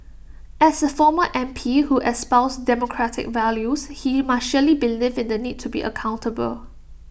as A former M P who espoused democratic values he must surely believe in the need to be accountable